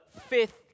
fifth